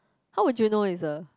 how would you know is a